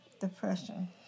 depression